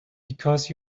because